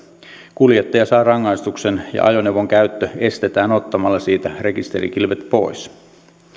kuljettaja saa rangaistuksen ja ajoneuvon käyttö estetään ottamalla siitä rekisterikilvet pois